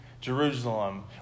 Jerusalem